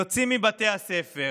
יוצאים מבתי הספר